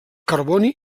carboni